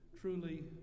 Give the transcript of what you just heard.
truly